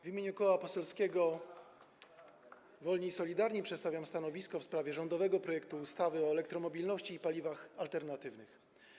W imieniu Koła Poselskiego Wolni i Solidarni przedstawiam stanowisko w sprawie rządowego projektu ustawy o elektromobilności i paliwach alternatywnych.